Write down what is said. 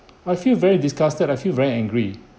I feel very disgusted I feel very angry